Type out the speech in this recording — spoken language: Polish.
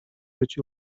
być